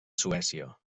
suècia